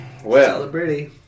Celebrity